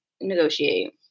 negotiate